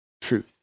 truth